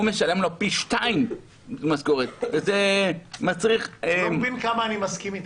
הוא משלם לו פי שניים משכורת --- אתה לא מבין כמה אני מסכים איתך.